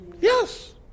Yes